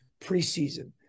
preseason